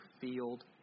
field